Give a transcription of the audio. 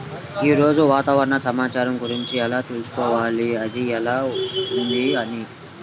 ఈరోజు వాతావరణ సమాచారం గురించి ఎలా తెలుసుకోవాలి అది ఎలా ఉంది అని?